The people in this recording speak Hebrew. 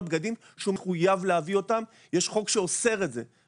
הבגדים שהוא מחויב להביא אותם ויש חוק שאוסר את זה.